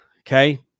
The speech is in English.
okay